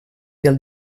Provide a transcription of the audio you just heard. del